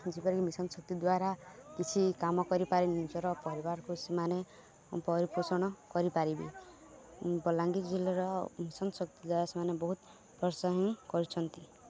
ଯେପରିକି ମିଶନ ଶକ୍ତି ଦ୍ୱାରା କିଛି କାମ କରିପାରେ ନିଜର ପରିବାରକୁ ସେମାନେ ପରିପୋଷଣ କରିପାରିବି ବଲାଙ୍ଗୀର୍ ଜିଲ୍ଲାର ମିଶନ ଶକ୍ତି ଦ୍ୱାରା ସେମାନେ ବହୁତ ପ୍ରୋତ୍ସାହନ କରିଛନ୍ତି